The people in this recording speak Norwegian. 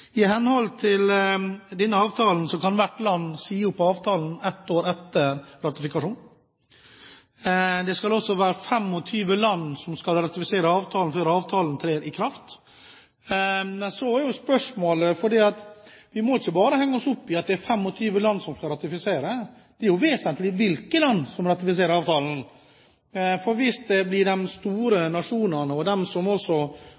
I henhold til denne avtalen kan hvert land si opp avtalen ett år etter ratifikasjon, og 25 land må ratifisere avtalen før avtalen trer i kraft. Men vi må ikke henge oss opp i at det er 25 land som skal ratifisere. Det er vesentlig hvilke land som ratifiserer avtalen, for hvis de store nasjonene, de som driver litt hasardiøst fiske i sine farvann, ikke ratifiserer avtalen, blir avtalen mye dårligere enn det vi kan håpe at den blir.